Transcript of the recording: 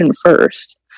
first